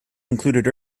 included